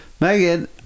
Megan